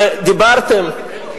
לחודשיים את הרמטכ"ל הנוכחי.